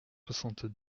soixante